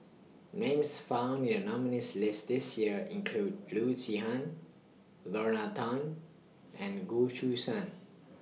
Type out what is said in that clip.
Names found in The nominees' list This Year include Loo Zihan Lorna Tan and Goh Choo San